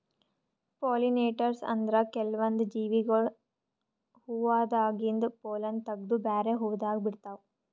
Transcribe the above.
pollinators ಅಂದ್ರ ಕೆಲ್ವನ್ದ್ ಜೀವಿಗೊಳ್ ಹೂವಾದಾಗಿಂದ್ ಪೊಲ್ಲನ್ ತಗದು ಬ್ಯಾರೆ ಹೂವಾದಾಗ ಬಿಡ್ತಾವ್